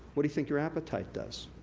what do you think your appetite does?